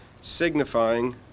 signifying